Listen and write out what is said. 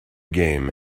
game